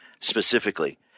specifically